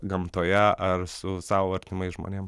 gamtoje ar su sau artimais žmonėm